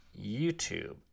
YouTube